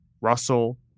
russell